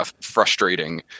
frustrating